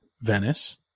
Venice